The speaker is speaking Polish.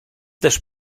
też